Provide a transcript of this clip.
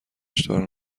کشتار